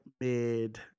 mid